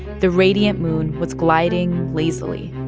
the radiant moon was gliding lazily.